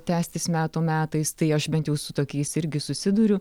tęstis metų metais tai aš bent jau su tokiais irgi susiduriu